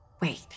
Wait